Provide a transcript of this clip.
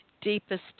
deepest